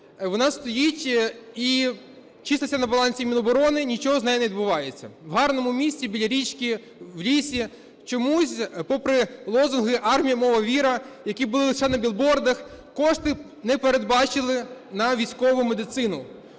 Вона стоїть і числиться на балансі Міноборони, нічого з нею не відбувається. В гарному місці біля річки в лісі. Чомусь попри лозунги "Армія. Мова. Віра.", які були лише на біл-бордах, кошти не передбачили на військову медицину.